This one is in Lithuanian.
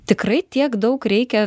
tikrai tiek daug reikia